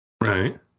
Right